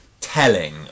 telling